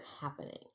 happening